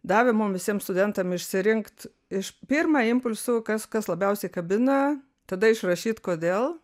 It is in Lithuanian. davė mum visiem studentam išsirinkt iš pirmą impulsu kas kas labiausiai kabina tada išrašyt kodėl